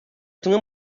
tumwe